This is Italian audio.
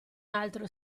altro